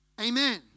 Amen